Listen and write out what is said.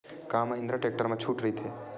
का महिंद्रा टेक्टर मा छुट राइथे?